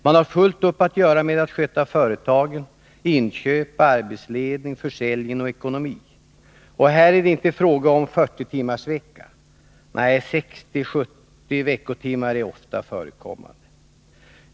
Man har fullt upp att göra med att sköta företaget: inköp, arbetsledning, försäljning och ekonomi. Här är det inte fråga om 40 timmars vecka — nej, 60-70 veckotimmar är ofta förekommande.